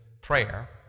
prayer